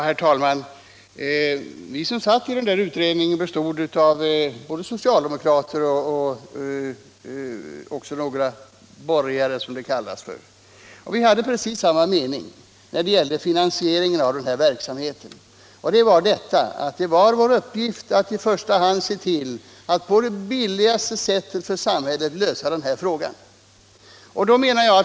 Herr talman! Utredningen bestod såväl av socialdemokrater som av, som det brukar kallas, borgare. Vi hade precis samma uppfattning beträffande finansieringen av verksamheten. Det var, menade vi, vår gemensamma uppgift att i första hand se till att på för samhället billigaste sätt lösa den här frågan.